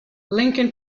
lincoln